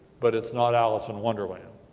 but it's not alice in wonderland.